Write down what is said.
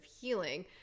healing